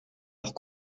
leurs